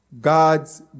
God's